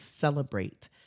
celebrate